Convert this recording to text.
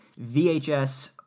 VHS